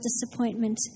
disappointment